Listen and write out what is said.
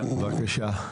בבקשה.